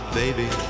baby